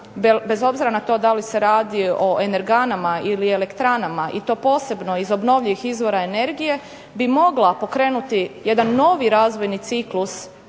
bez obzira na to da li se radi o energanama ili elektranama i to posebno iz obnovljivih izvora energije bi mogla pokrenuti jedan novi razvojni ciklus